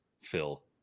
Phil